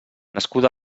nascut